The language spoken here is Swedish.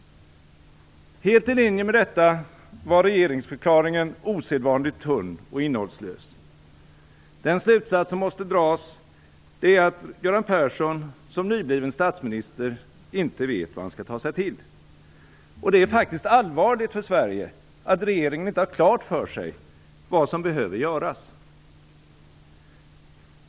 Helt i linje med detta var regeringsförklaringen osedvanligt tunn och innehållslös. Den slutsats som måste dras är att Göran Persson som nybliven statsminister inte vet vad han skall ta sig till. Och det är faktiskt allvarligt för Sverige att regeringen inte har klart för sig vad som behöver göras.